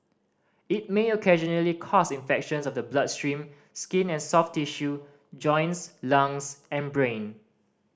it may occasionally cause infections of the bloodstream skin and soft tissue joints lungs and brain